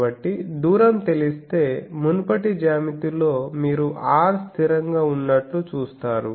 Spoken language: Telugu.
కాబట్టి దూరం తెలిస్తే మునుపటి జ్యామితిలో మీరు R స్థిరంగా ఉన్నట్లు చూస్తారు